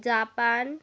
Japan